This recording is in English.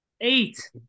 eight